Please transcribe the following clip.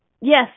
Yes